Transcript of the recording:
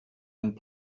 and